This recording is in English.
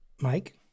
Mike